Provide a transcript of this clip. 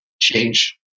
change